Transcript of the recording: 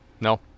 no